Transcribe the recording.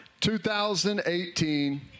2018